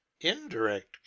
Indirect